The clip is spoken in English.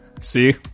see